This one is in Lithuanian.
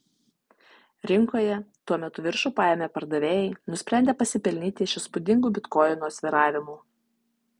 rinkoje tuo metu viršų paėmė pardavėjai nusprendę pasipelnyti iš įspūdingų bitkoino svyravimų